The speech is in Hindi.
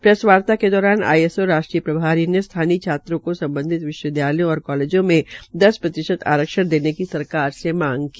प्रेसवार्ता के दौरान इसो राष्ट्रीय प्रभारी ने स्थानीय छात्रों को सम्बधित विश्वविदयालयों और कालेजों में दस प्रतिशत आरक्षण देने की सरकार से मांग की